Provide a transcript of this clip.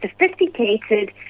sophisticated